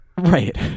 right